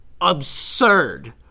absurd